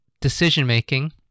decision-making